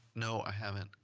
no i haven't.